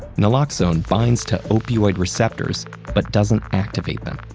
naloxone binds to opioid receptors but doesn't activate them.